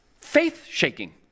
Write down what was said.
faith-shaking